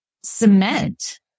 cement